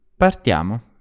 Partiamo